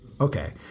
okay